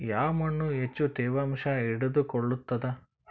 ಯಾವ್ ಮಣ್ ಹೆಚ್ಚು ತೇವಾಂಶ ಹಿಡಿದಿಟ್ಟುಕೊಳ್ಳುತ್ತದ?